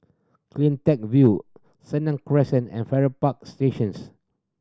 Cleantech View Senang Crescent and Farrer Park Stations